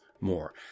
more